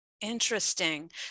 Interesting